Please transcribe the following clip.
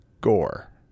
gore